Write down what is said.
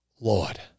Lord